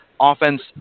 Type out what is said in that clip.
offense